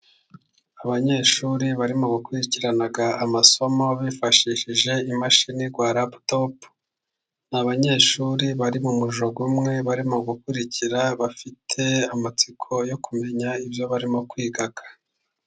Abanyeshuri barimo gukurikirana amasomo bifashishije imashini za laputopu, ni abanyeshuri bari mu mujyo umwe barimo gukurikira bafite amatsiko yo kumenya ibyo barimo kwiga.